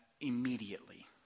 immediately